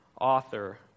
author